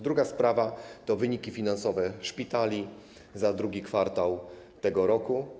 Duga sprawa to wyniki finansowe szpitali za II kwartał tego roku.